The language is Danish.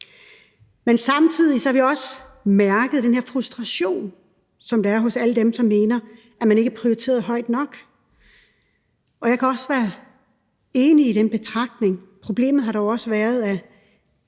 Men samtidig har vi også mærket den her frustration, som der er hos alle dem, der mener, at de ikke er prioriteret højt nok. Og jeg kan også være enig i den betragtning. Problemet har dog også været,